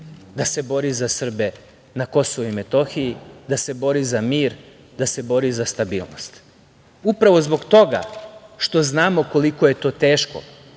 da se bori za Srbe na Kosovu i Metohiji, da se bori za mir, da se bori za stabilnost. Upravo zbog toga što znamo koliko je to teško,